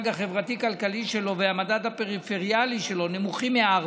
החברתי-כלכלי שלו והמדד הפריפריאלי שלו נמוכים מ-4"